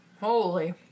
Holy